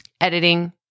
editing